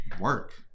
work